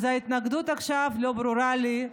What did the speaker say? אז, ההתנגדות עכשיו לא ברורה לי.